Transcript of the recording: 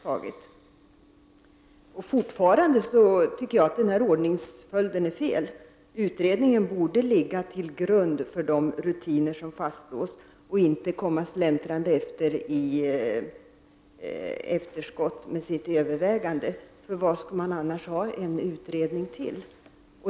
Jag tycker fortfarande att ordningsföljden är felaktig. Utredningen borde ligga till grund för de rutiner som fastslås, i stället för att utredningens överväganden kommer släntrande i efterhand. Vad skall man annars ha en utredning till?